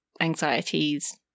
anxieties